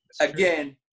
again